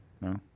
No